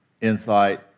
insight